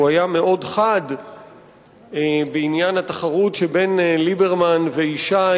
הוא היה מאוד חד בעניין התחרות שבין ליברמן וישי